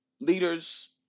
leaders